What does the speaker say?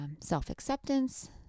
self-acceptance